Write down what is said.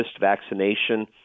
vaccination